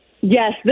Yes